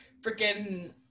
freaking